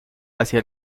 hacia